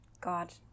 God